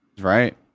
Right